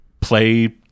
play